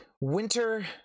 winter